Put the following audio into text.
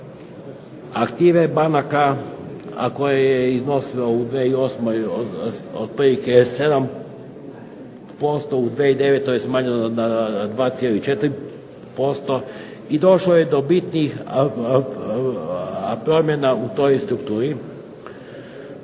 aktive banaka, a koja je iznosila u 2008. otprilike 7%, u 2009. je smanjeno na 2,4%, i došlo je do bitnih promjena u toj strukturi,